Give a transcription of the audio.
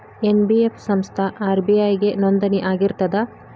NBF ಸಂಸ್ಥಾ RBI ಗೆ ನೋಂದಣಿ ಆಗಿರ್ತದಾ?